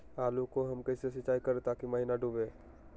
आलू को हम कैसे सिंचाई करे ताकी महिना डूबे?